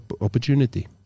opportunity